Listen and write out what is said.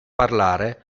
parlare